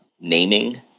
naming